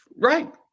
Right